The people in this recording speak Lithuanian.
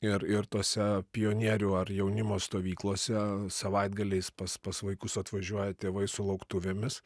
ir ir tose pionierių ar jaunimo stovyklose savaitgaliais pas pas vaikus atvažiuoja tėvai su lauktuvėmis